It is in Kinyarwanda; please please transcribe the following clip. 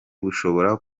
bushobora